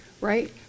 right